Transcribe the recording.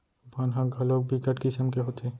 बन ह घलोक बिकट किसम के होथे